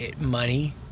money